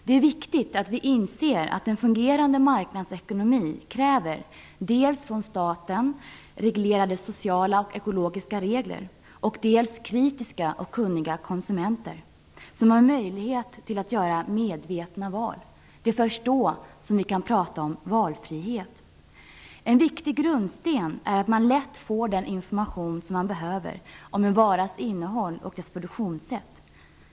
Det är viktigt att vi inser att en fungerande marknadsekonomi kräver dels sociala och ekologiska regler från staten, dels kritiska och kunniga konsumenter som har möjlighet att göra medvetna val. Det är först då vi kan prata om valfrihet. En viktig grundsten är att man lätt får den information man behöver om en varas innehåll och dess produktionssätt.